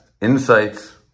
Insights